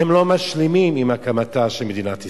הם לא משלימים עם הקמתה של מדינת ישראל.